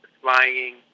flying